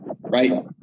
right